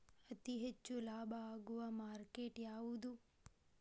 ಅತಿ ಹೆಚ್ಚು ಲಾಭ ಆಗುವ ಮಾರ್ಕೆಟ್ ಯಾವುದು?